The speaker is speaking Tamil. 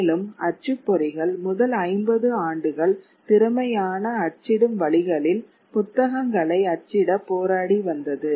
மேலும் அச்சுப்பொறிகள் முதல் 50 ஆண்டுகள் திறமையான அச்சிடும் வழிகளில் புத்தகங்களை அச்சிட போராடி வந்தது